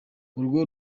urwo